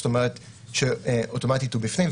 זאת אומרת שאוטומטית הוא בפנים,